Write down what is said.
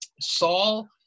Saul